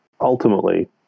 ultimately